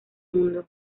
mundo